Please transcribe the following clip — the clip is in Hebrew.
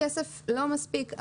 הכסף לא מספיק,